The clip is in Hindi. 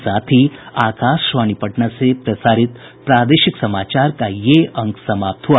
इसके साथ ही आकाशवाणी पटना से प्रसारित प्रादेशिक समाचार का ये अंक समाप्त हुआ